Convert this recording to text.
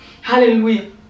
Hallelujah